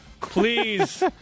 Please